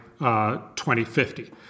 2050